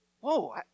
whoa